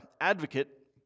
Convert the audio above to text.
advocate